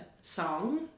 song